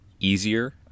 easier